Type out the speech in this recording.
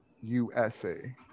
USA